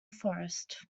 forest